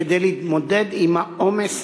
כדי להתמודד עם העומס